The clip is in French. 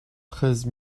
treize